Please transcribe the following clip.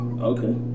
Okay